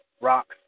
rocks